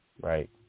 Right